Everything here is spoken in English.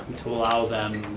to allow them,